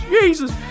Jesus